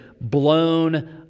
blown